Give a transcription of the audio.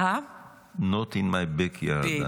Not in my backyard.